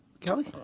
Kelly